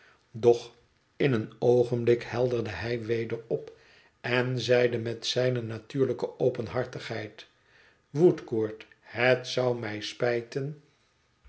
doch in een oogenblik helderde hij weder op en zeide met zijne natuurlijke openhartigheid woodcourt het zou mij spijten